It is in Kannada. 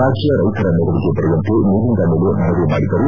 ರಾಜ್ಜ ರೈತರ ನೆರವಿಗೆ ಬರುವಂತೆ ಮೇಲಿಂದ ಮೇಲೆ ಮನವಿ ಮಾಡಿದರು